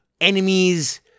enemies